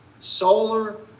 solar